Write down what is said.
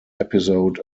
episode